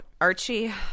Archie